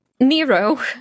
Nero